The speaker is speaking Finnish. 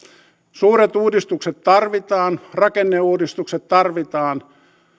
suuret uudistukset tarvitaan rakenneuudistukset tarvitaan